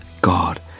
God